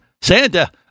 Santa